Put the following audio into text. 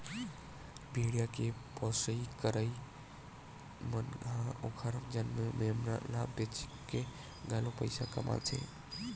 भेड़िया के पोसई करइया मन ह ओखर जनमे मेमना ल बेचके घलो पइसा कमाथे